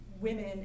women